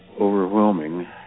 overwhelming